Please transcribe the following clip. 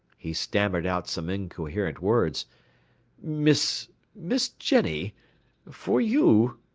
he stammered out some incoherent words miss miss jenny for you